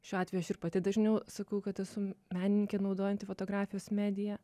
šiuo atveju aš pati dažniau sakau kad esu menininkė naudojanti fotografijos mediją